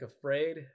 afraid